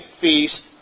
feast